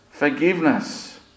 forgiveness